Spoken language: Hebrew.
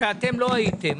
אתם לא הייתם,